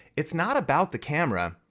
it's not about the camera,